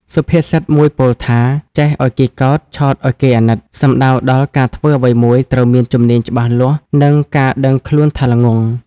សុភាសិតមួយពោលថា ចេះឲ្យគេកោត ឆោតឲ្យគេអាណិត សំដៅដល់ការធ្វើអ្វីមួយត្រូវមានជំនាញច្បាស់លាស់ និងការដឹងខ្លួនថាល្ងង់ ។